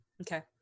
okay